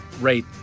rate